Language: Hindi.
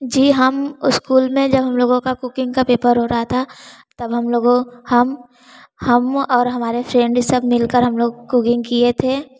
जी हम स्कूल में जब हम लोगों का कूकिंग का पेपर हो रहा था तब हम लोगों हम हम और हमारे फ़्रेन्ड ये सब मिलकर हम लोग को कूकिंग किए थे